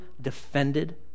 defended